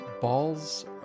balls